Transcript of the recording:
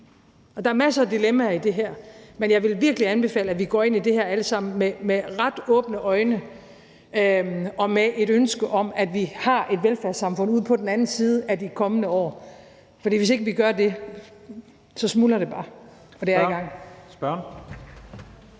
Der er masser af dilemmaer i det her, men jeg vil virkelig anbefale, at vi alle sammen går ind i det her med åbne øjne og med et ønske om, at vi også har et velfærdssamfund ude på den anden side af de kommende år. For hvis ikke vi gør det, smuldrer det bare